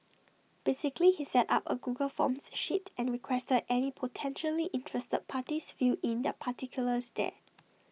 basically he set up A Google forms sheet and requested any potentially interested parties fill in their particulars there